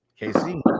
KC